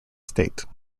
state